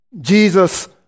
Jesus